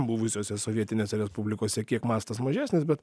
buvusiose sovietinėse respublikose kiek mastas mažesnis bet